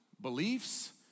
beliefs